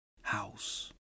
house